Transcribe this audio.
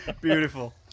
Beautiful